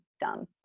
done